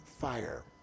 fire